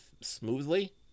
smoothly